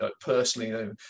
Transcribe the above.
personally